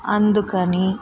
అందుకని